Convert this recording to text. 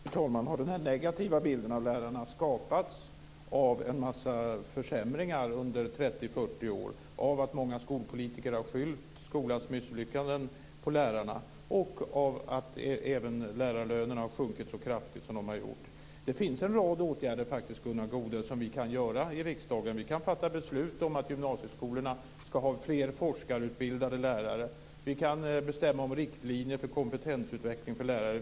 Fru talman! Den här negativa bilden av lärarna har skapats av en massa försämringar under 30-40 år, av att många skolpolitiker har skyllt skolan misslyckanden på lärarna och även av att lärarlönerna har sjunkit så kraftigt som de gjort. Det finns en rad åtgärder, Gunnar Goude, som vi kan vidta i riksdagen. Vi kan fatta beslut om att gymnasieskolorna ska ha fler forskarutbildade lärare. Vi kan bestämma om riktlinjer för kompetensutveckling för lärare.